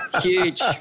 huge